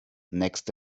next